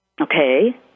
Okay